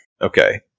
Okay